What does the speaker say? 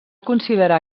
considerar